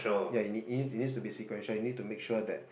ya you need it need it needs to be sequential you need to make sure that